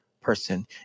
person